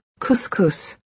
couscous